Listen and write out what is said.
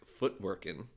Footworkin